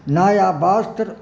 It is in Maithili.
नया वस्त्र